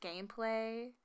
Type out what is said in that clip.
gameplay